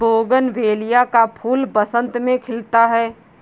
bougainvillea का फूल बसंत में खिलता है